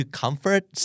comfort